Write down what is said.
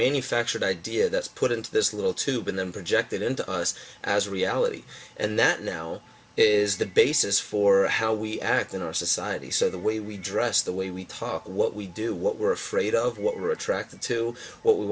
manufactured idea that's put into this little tube and then project that into us as a reality and that now is the basis for how we act in our society so the way we dress the way we talk what we do what we're afraid of what we're attracted to what we